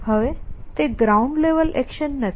હવે તે ground level action નથી